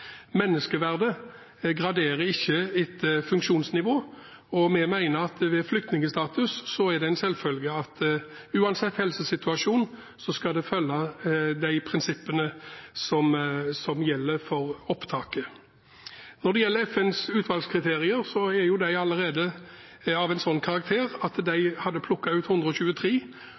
Menneskeverdet graderes ikke etter funksjonsnivå, og vi mener at det ved flyktningstatus er en selvfølge, uansett helsesituasjon, at en følger de prinsippene som gjelder for opptaket. Når det gjelder FNs utvalgskriterier, er de allerede av en sånn karakter at de hadde plukket ut 123,